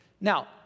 Now